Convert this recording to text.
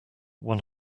one